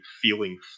feeling